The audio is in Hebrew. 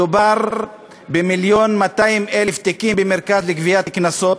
מדובר במיליון ו-200,000 תיקים במרכז לגביית קנסות,